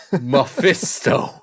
Mephisto